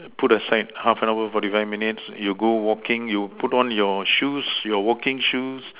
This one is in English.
put aside half an hour forty five minutes you go walking you put on your shoes your walking shoes